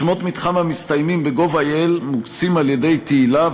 שמות מתחם המסתיימים ב-gov.il מוקצים על-ידי תהיל"ה,